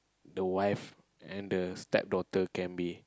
the wife and the step daughter can be